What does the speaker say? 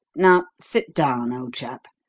now sit down, old chap,